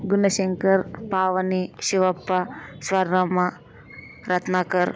Gunashankar Pavani Shivappa Swarnamma Ratnakar